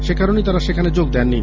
সেকারণেই তারা সেখানে যোগ দেননি